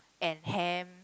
and ham